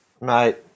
mate